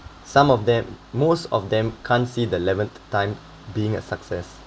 some of them most of them can't see the eleventh time being a success